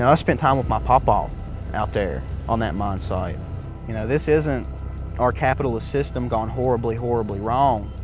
and spent time with my pawpaw um out there on that mine site. you know this isn't our capitalist system gone horribly horribly wrong.